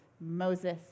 Moses